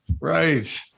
Right